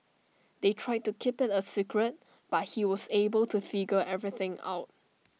they tried to keep IT A secret but he was able to figure everything out